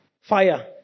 fire